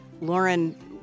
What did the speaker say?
Lauren